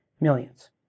millions